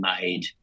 made